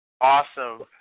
awesome